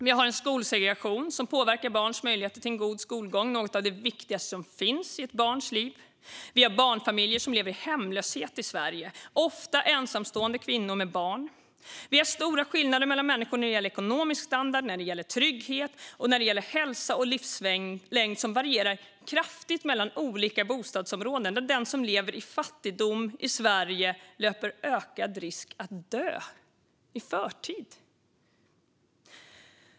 Vi har en skolsegregation som påverkar barns möjligheter till en god skolgång, något av det viktigaste som finns i ett barns liv. Vi har barnfamiljer som lever i hemlöshet i Sverige, ofta ensamstående kvinnor med barn. Vi har stora skillnader mellan människor när det gäller ekonomisk standard, trygghet, hälsa och livslängd, som varierar kraftigt mellan olika bostadsområden. Och den som lever i fattigdom i Sverige löper ökad risk att dö i förtid.